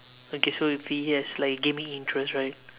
okay so if he has like gaming interest right